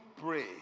pray